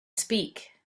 speak